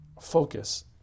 focus